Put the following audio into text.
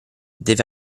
deve